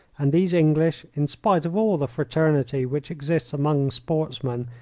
and these english, in spite of all the fraternity which exists among sportsmen,